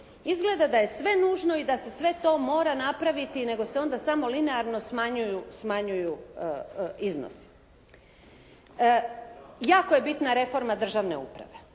Izgleda da je sve nužno i da se sve to mora napraviti, nego se onda samo linearno smanjuju iznosi. Jako je bitna reforma državne uprave.